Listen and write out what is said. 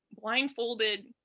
blindfolded